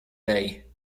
day